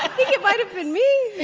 ah think it might've been me yeah.